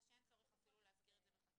לו, כך שאין צורך להזכיר את זה בחקיקה.